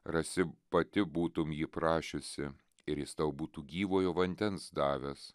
rasi pati būtum jį prašiusi ir jis tau būtų gyvojo vandens davęs